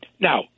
Now